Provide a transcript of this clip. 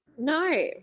No